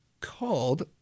called